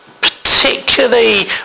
particularly